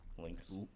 Links